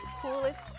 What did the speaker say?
coolest